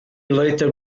later